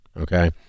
Okay